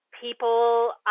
people